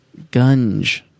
Gunge